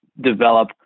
develop